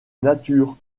nature